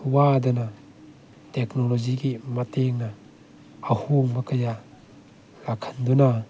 ꯋꯥꯗꯅ ꯇꯦꯛꯅꯣꯂꯣꯖꯤꯒꯤ ꯃꯇꯦꯡꯅ ꯑꯍꯣꯡꯕ ꯀꯌꯥ ꯂꯥꯛꯍꯟꯗꯨꯅ